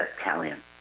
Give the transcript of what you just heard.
Italian